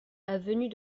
avenue